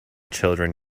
children